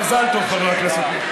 מזל טוב, חבר הכנסת מוזס.